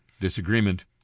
disagreement